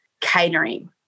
Catering